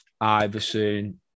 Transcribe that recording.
Iverson